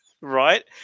right